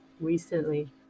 recently